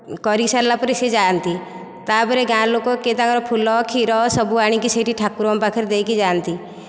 କରିସାରିଲାପରେ ସେ ଯାଆନ୍ତି ତା'ପରେ ଗାଁ ଲୋକ କିଏ ତାଙ୍କର ଫୁଲ କ୍ଷୀର ସବୁ ଆଣିକି ସେଇଠି ଠାକୁରଙ୍କ ପାଖରେ ଦେଇକି ଯାଆନ୍ତି